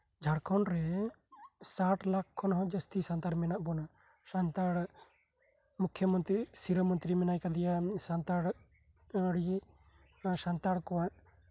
ᱡᱷᱟᱲᱠᱷᱚᱱᱰᱨᱮ ᱥᱟᱛ ᱞᱟᱠᱷ ᱠᱷᱚᱱᱦᱚᱸ ᱡᱟᱹᱥᱛᱤ ᱥᱟᱱᱛᱟᱲ ᱢᱮᱱᱟᱜ ᱵᱚᱱᱟ ᱥᱟᱱᱛᱟᱲ ᱢᱩᱠᱷᱤᱭᱟᱹ ᱢᱩᱱᱛᱨᱤ ᱥᱤᱨᱟᱹ ᱢᱚᱱᱛᱤᱨᱤ ᱟᱨ ᱥᱟᱱᱛᱟᱲ ᱠᱚᱣᱟᱜ